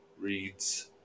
reads